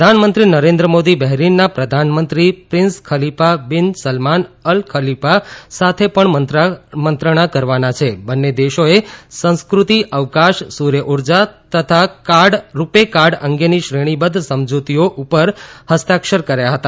પ્રધાનમંત્રી નરેન્દ્ર મોદી બહરીનના પ્રધાનમંત્રી prince Khalifa bin Salman Al Khalifa સાથે પણ મંત્રણા કરવાના છે બંને દેશોએ સંસ્કૃતિ અવકાશ સૂર્ય ઉર્જા તથા રૂપે કાર્ડ અંગેની શ્રેણીબદ્ધ સમજૂતીઓ ઉપર હસ્તાક્ષર કર્યા હતા